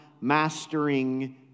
mastering